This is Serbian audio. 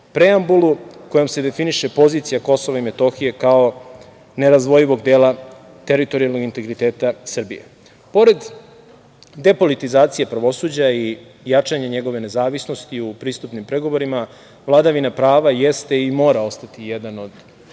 preambulu, kojom se definiše pozicija KiM, kao nerazdvojivog dela teritorijalnog integriteta Srbije. Pored depolitizacije pravosuđa i jačanja njegove nezavisnosti i u pristupnim pregovorima, vladavina prava jeste, i mora ostati jedan od